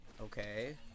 Okay